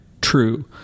true